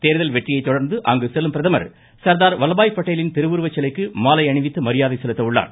தோ்தல் வெற்றியைத் தொடா்ந்து அங்கு செல்லும் பிரதமா் சா்தாா் வல்லபபாய் பட்டேலின் திருவுருவ சிலைக்கு மாலை அணிவித்து மரியாதை செலுத்த உள்ளார்